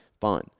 fun